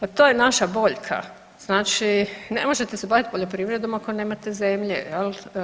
Pa to je naša boljka, znači ne možete se bavit poljoprivredom ako nemate zemlje jel.